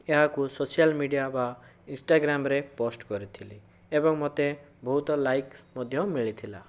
ଏହାକୁ social media ବା ଇନ୍ସଟାଗ୍ରାମରେ ପୋଷ୍ଟ କରିଥିଲି ଏବଂ ମୋତେ ବହୁତ ଲାଇକ ମଧ୍ୟ ମିଳିଥିଲା